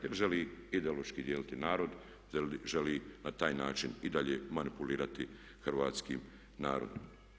Jer želi ideološki dijeliti narod, želi na taj način i dalje manipulirati hrvatskim narodom.